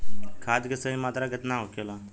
खाद्य के सही मात्रा केतना होखेला?